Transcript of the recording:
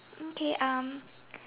okay um